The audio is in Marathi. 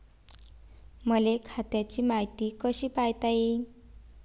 मले खात्याची मायती कशी पायता येईन?